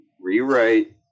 rewrite